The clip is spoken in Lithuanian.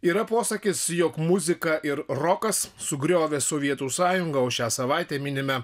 yra posakis jog muzika ir rokas sugriovė sovietų sąjungą o šią savaitę minime